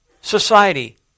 Society